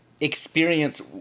experience